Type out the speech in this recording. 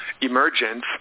emergence